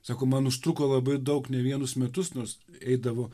sako man užtruko labai daug ne vienus metus nors eidavo